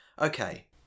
Okay